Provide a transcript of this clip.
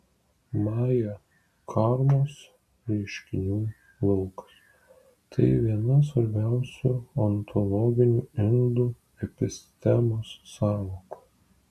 maja karmos reiškinių laukas tai viena svarbiausių ontologinių indų epistemos sąvokų